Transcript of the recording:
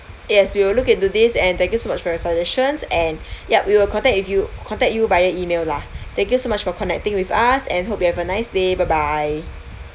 yes we will look into this and thank you so much for your suggestions and yup we will contact you contact you via email lah thank you so much for connecting with us and hope you have a nice day bye bye